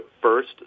first